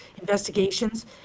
investigations